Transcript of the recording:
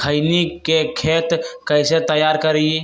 खैनी के खेत कइसे तैयार करिए?